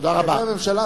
תודה רבה.